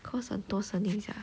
cause 很多声音:hen duo shengng yin sia